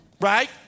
Right